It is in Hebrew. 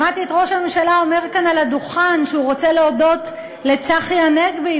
שמעתי את ראש הממשלה אומר כאן על הדוכן שהוא רוצה להודות לצחי הנגבי,